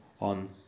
on